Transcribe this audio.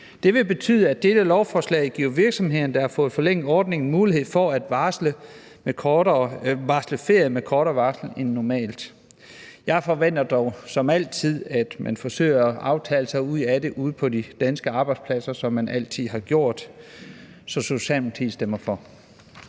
Det vil betyde, at dette lovforslag giver virksomheder, der har fået forlænget ordningen, mulighed for at varsle ferie med kortere varsel end normalt. Jeg forventer dog, at man forsøger at aftale sig ud af det ude på de danske arbejdspladser, sådan som man altid har gjort. Socialdemokratiet stemmer for